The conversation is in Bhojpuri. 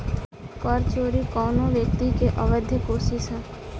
कर चोरी कवनो व्यक्ति के अवैध कोशिस ह